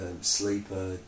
sleeper